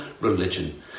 religion